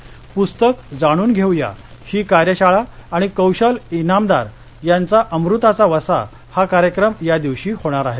पुस्तक जाणून घेऊ या ही कार्यशाळा आणि कौशल इनामदार यांचा अमृताचा वसा हा कार्यक्रम या दिवशी होणार आहे